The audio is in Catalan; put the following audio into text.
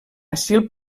asil